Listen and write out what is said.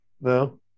No